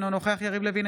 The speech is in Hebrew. אינו נוכח יריב לוין,